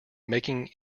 making